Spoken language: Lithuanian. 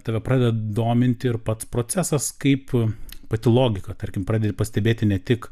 tave pradeda dominti ir pats procesas kaip pati logika tarkim pradedi pastebėti ne tik